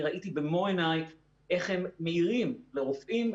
אני ראיתי במו עיניי איך הם מעירים לרופאים,